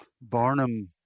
barnum